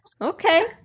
Okay